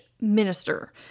minister